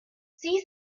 sie